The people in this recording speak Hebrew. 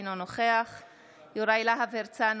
אינו נוכח יוראי להב הרצנו,